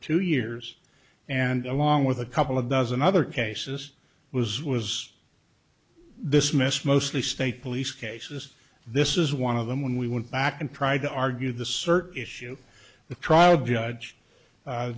two years and along with a couple of dozen other cases was was this missed mostly state police cases this is one of them when we went back and tried to argue the cert issue the trial judge